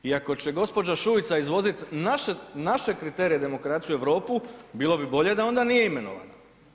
I ako će gospođa Šuica izvozit naše kriterije demokracije u Europu bilo bi bolje da onda nije imenovana.